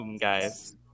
guys